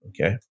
okay